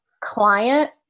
client